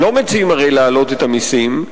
לא מציעים, הרי, להעלות את המסים.